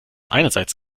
einerseits